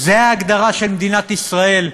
זו ההגדרה של מדינת ישראל,